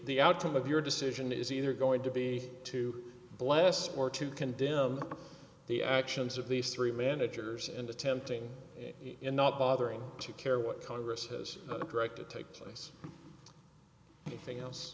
the outcome of your decision is either going to be to bless or to condemn the actions of these three managers and attempting in not bothering to care what congress has a correct take place anything else